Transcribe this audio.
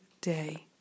day